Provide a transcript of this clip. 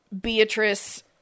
Beatrice